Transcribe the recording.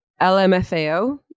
LMFAO